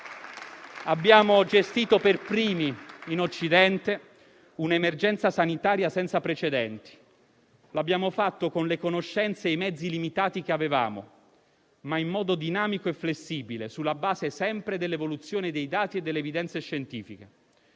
Abbiamo gestito per primi in Occidente una emergenza sanitaria senza precedenti. Lo abbiamo fatto con le conoscenze e i mezzi limitati che avevamo, ma in modo dinamico e flessibile, sempre sulla base dell'evoluzione dei dati e delle evidenze scientifiche.